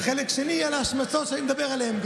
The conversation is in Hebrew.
וחלק שני, על ההשמצות, שגם עליהן אדבר.